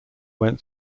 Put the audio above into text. went